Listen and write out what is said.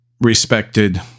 respected